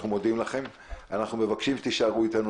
אנחנו מודים לכם ומבקשים שתישארו אתנו